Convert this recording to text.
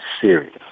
serious